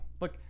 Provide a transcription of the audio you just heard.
look